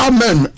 Amen